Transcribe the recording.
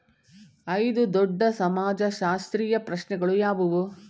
ಐದು ದೊಡ್ಡ ಸಮಾಜಶಾಸ್ತ್ರೀಯ ಪ್ರಶ್ನೆಗಳು ಯಾವುವು?